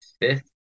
fifth